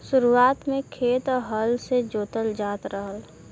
शुरुआत में खेत हल से जोतल जात रहल